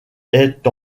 est